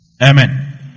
Amen